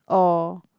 or